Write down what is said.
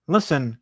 Listen